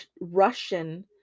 Russian